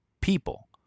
people